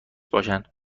باشد